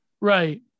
Right